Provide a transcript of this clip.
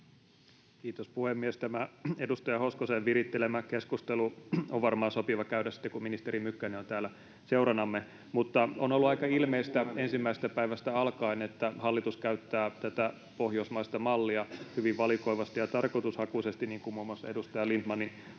Kiitos, puhemies! Tämä edustaja Hoskosen virittelemä keskustelu on varmaan sopiva käydä sitten, kun ministeri Mykkänen on täällä seuranamme. On ollut aika ilmeistä ensimmäisestä päivästä alkaen, että hallitus käyttää tätä pohjoismaista mallia hyvin valikoivasti ja tarkoitushakuisesti, niin kuin muun muassa edustaja Lindtmanin